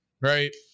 right